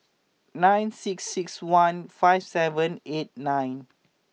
nine six six one five seven eight nine